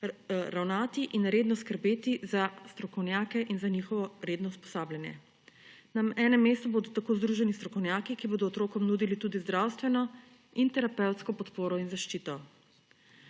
ravnati in redno skrbeti za strokovnjake in za njihovo redno usposabljanje. Na enem mestu bodo tako združeni strokovnjaki, ki bodo otrokom nudili tudi zdravstveno in terapevtsko podporo in zaščito.